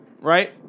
right